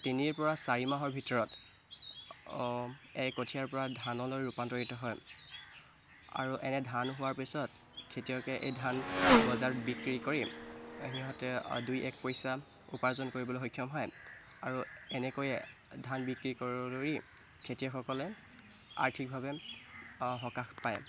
তিনিৰ পৰা চাৰি মাহৰ ভিতৰত এই কঠিয়াৰ পৰা ধানলৈ ৰূপান্তৰিত হয় আৰু এনে ধান হোৱাৰ পিছত খেতিয়কে এই ধান বজাৰত বিক্ৰী কৰি সিহঁতে দুই এক পইচা উপাৰ্জন কৰিবলৈ সক্ষম হয় আৰু এনেকৈয়ে ধান বিক্ৰী কৰি খেতিয়কসকলে আৰ্থিকভাৱে সকাহ পায়